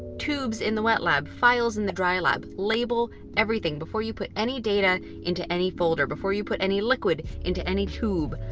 tubes in the wet lab, files in the dry lab label everything before you put any data into any folder, before you put any liquid into any tube.